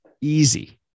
easy